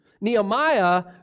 Nehemiah